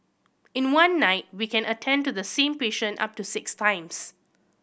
in one night we can attend to the same patient up to six times